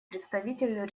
представитель